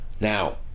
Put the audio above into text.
Now